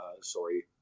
sorry